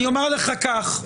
אני אומר לך כך,